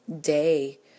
day